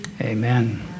amen